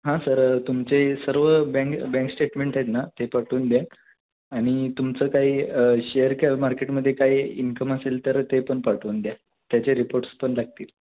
हां सर तुमचे सर्व बँक बँक स्टेटमेंट आहेत ना ते पाठवून द्या आणि तुमचं काही शेअर केअर मार्केटमध्ये काही इन्कम असेल तर ते पण पाठवून द्या त्याचे रिपोर्ट्स पण लागतील